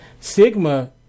Sigma